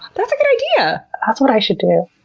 that's a good idea! that's what i should do.